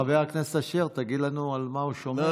חבר הכנסת אשר, אבל תגיד לנו על מה הוא שומר.